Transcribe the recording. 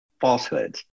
falsehoods